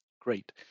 Great